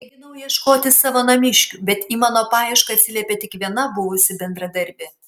mėginau ieškoti savo namiškių bet į mano paiešką atsiliepė tik viena buvusi bendradarbė